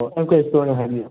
M K ꯏꯁꯇꯣꯔꯅꯦ ꯍꯥꯏꯕꯤꯌꯨ